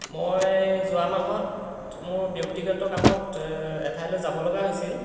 মই যোৱা মাহত মোৰ ব্যক্তিগত কামত এঠাইলৈ যাব লগা হৈছিল